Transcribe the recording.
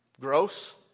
gross